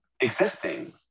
existing